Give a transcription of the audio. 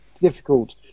difficult